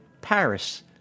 Paris